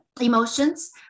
emotions